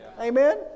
amen